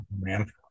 man